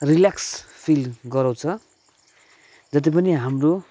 relax feel गराउँछ जति पनि हाम्रो